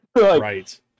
Right